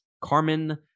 Carmen